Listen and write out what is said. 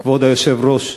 כבוד היושב-ראש,